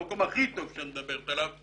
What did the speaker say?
במקום הכי טוב שאת מדברת עליו,